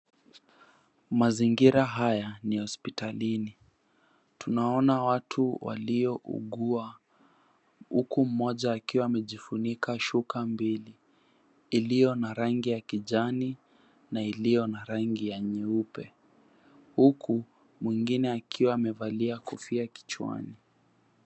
Mazingira haya ni ya hospitalini. Tunaona watu waliougua, huku mmoja akiwa amejifunika shuka mbili iliyo na rangi ya kijani na iliyo na rangi ya nyeupe. Huku mwengine akiwa amevalia kofia kichwani.